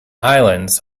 islands